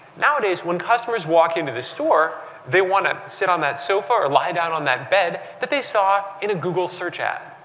nowadays when customers walk into the store, they want to sit on that sofa or lie down on that bed that they saw in a google search ad.